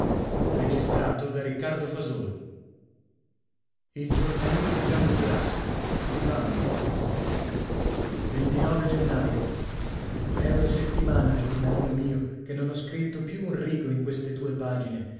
e io a loro e enerina erano gennaio è una settimana giornalino mio che non ho scritto più un rigo in queste tue pagine